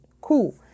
cool